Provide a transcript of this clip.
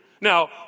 Now